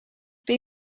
ben